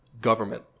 government